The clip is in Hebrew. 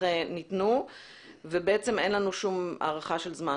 ניתנו ובעצם אין לנו שום הערכה של זמן.